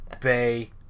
Bay